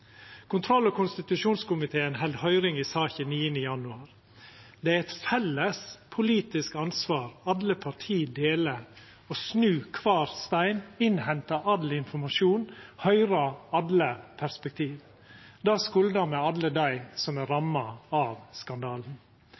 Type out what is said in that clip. Kontroll- og konstitusjonskomiteen held høyring i saka den 9. januar. Det å snu kvar ein stein, innhenta all informasjon, høyra alle perspektiva er eit felles politisk ansvar alle parti deler. Det skuldar me alle dei som er ramma av skandalen.